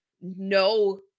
no